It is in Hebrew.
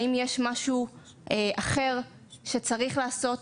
האם יש משהו אחר שצריך לעשות,